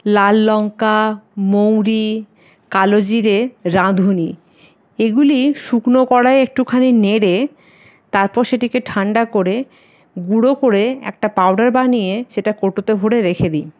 লাল লঙ্কা মৌরি কালো জিরে রাঁধুনি এগুলি শুকনো কড়াইয়ে একটুখানি নেড়ে তারপর সেটিকে ঠান্ডা করে গুঁড়ো করে পাউডার বানিয়ে সেটা কৌটোতে ভরে রেখে দিই